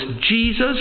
Jesus